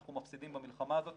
אנחנו מפסידים במלחמה הזאת